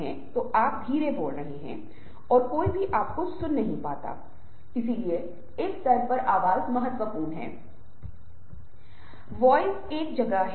इसलिए अगली कुछ चीजें जिन्हें हम देखने जा रहे हैं वे संस्कृति और संदर्भ होंगी किसी भी संस्कृति की बहुत व्यापक परिभाषा है हम राष्ट्रीय संस्कृति के बारे में बात कर सकते हैं हम स्थानीय संस्कृति राज्य संस्कृति के बारे में बात कर सकते हैं